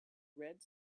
red